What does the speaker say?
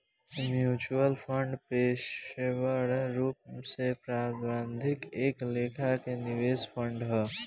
mutual fund पेशेवर रूप से प्रबंधित एक लेखा के निवेश फंड हा